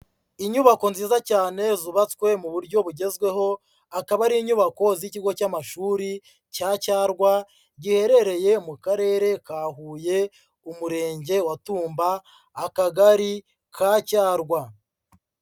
Inyubako nziza cyane zubatswe mu buryo bugezweho, akaba ari inyubako z'ikigo cy'amashuri cya Cyarwa giherereye mu karere ka Huye, Umurenge wa Tumba, Akagari ka Cyarwa.